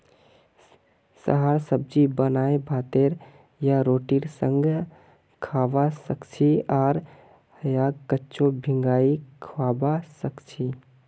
यहार सब्जी बनाए भातेर या रोटीर संगअ खाबा सखछी आर यहाक कच्चो भिंगाई खाबा सखछी